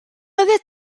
oeddet